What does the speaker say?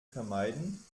vermeiden